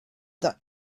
that